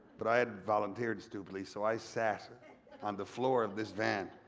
but i had volunteered stupidly so i sat on the floor of this van.